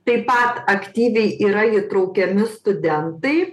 taip pat aktyviai yra įtraukiami studentai